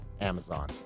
amazon